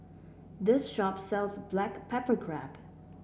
this shop sells Black Pepper Crab